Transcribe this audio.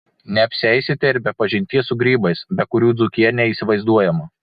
neapsieisite ir be pažinties su grybais be kurių dzūkija neįsivaizduojama